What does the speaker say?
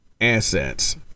assets